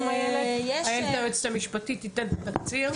איילת, היועצת המשפטית, תיתן תקציר.